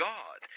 God